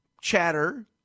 chatter